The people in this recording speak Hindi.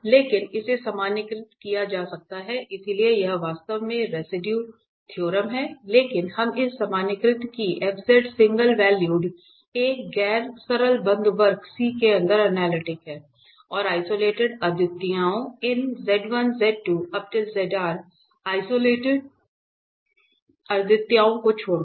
लेकिन इसे सामान्यीकृत किया जा सकता है इसलिए यह वास्तव में रेसिडुए थ्योरम है लेकिन हम इसे सामान्यीकृत कि f सिंगल वैल्यूड एक गैर सरल बंद वक्र C के अंदर अनलिटिक है और आइसोलेटेड अद्वितीयताओं इन आइसोलेटेड अद्वितीयताओं को छोड़कर